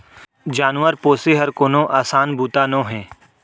जानवर पोसे हर कोनो असान बूता नोहे